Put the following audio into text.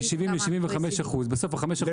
מ-70% ל-75%, בסוף ה-5% האלה.